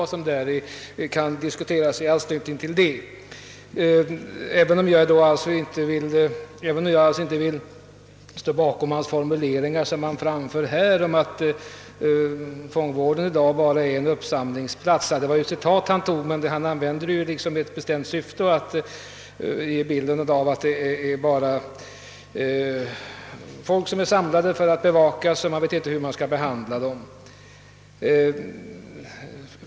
Dock vill jag inte ställa mig bakom de formuleringar han använde här, att fångvårdsanstalterna i dag bara är uppsamlingsplatser. Det var visserligen fråga om ett citat, men han återgav det i ett bestämt syfte, nämligen att ge intryck av att man bara samlar ihop de intagna för att bevaka dem och inte vet hur de skall behandlas.